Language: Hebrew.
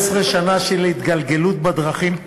15 שנה של התגלגלות בדרכים,